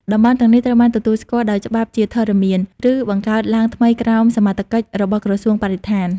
តំបន់ទាំងនេះត្រូវបានទទួលស្គាល់ដោយច្បាប់ជាធរមាន ឬបង្កើតឡើងថ្មីក្រោមសមត្ថកិច្ចរបស់ក្រសួងបរិស្ថាន។